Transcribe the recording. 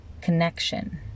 Connection